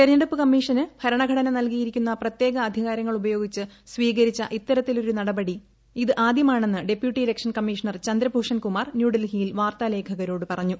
തിരഞ്ഞെടുപ്പ് കമ്മീഷന് ഭരണഘടന നൽകിയിരിക്കുന്ന പ്രത്യേക അധികാരങ്ങൾ ഉപയോഗിച്ച് സ്വീകരിച്ച ഇത്തരത്തിലൊരു നടപടി ഇത് ആദൃമാണെന്ന് deputy election commissioner Chandrabhushan Kumar ന്യൂഡൽഹിയിൽ വാർത്താലേഖകരോട് പറഞ്ഞു